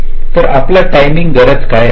तर आपली टाइमिंग गरज काय असेल